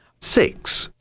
Six